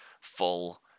full